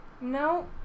No